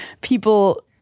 people